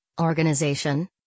organization